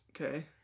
Okay